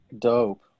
dope